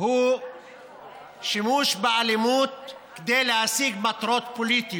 הוא שימוש באלימות כדי להשיג מטרות פוליטיות,